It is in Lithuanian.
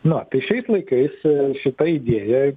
na va šiais laikais šita idėja